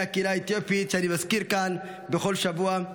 הקהילה האתיופית שאני מזכיר כאן בכל שבוע,